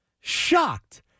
shocked